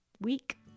week